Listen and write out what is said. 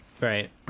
Right